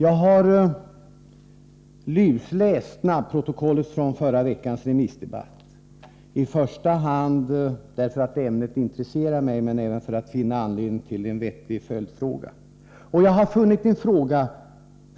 Jag har lusläst snabbprotokollet från förra veckans remissdebatt, i första hand därför att ämnet intresserar mig, men även för att finna anledning till en vettig följdfråga. Och jag har funnit en fråga